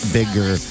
bigger